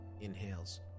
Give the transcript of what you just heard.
inhales